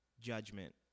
judgment